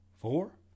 Four